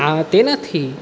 આ તેનાથી